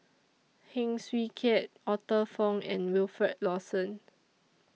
Heng Swee Keat Arthur Fong and Wilfed Lawson